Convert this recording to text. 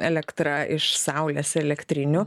elektra iš saulės elektrinių